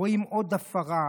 רואים עוד הפרה,